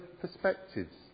perspectives